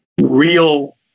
real